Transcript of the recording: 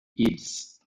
hills